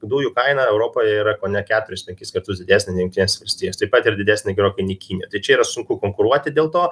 dujų kaina europoje yra kone keturis penkis kartus didesnė jungtinėse valstijose taip pat ir didesnė gerokai ne kinijoje tai čia yra sunku konkuruoti dėl to